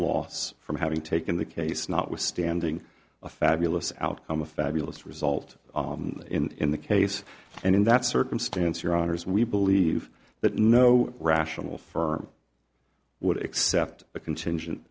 loss from having taken the case notwithstanding a fabulous outcome a fabulous result in the case and in that circumstance your honour's we believe that no rational firm would accept a contingent